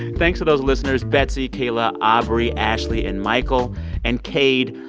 thanks to those listeners betsy, kayla, ah aubrey, ashley and michael and cade.